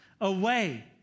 away